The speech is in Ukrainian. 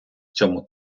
цьому